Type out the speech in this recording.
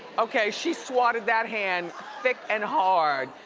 okay, she swatted that hand thick and hard,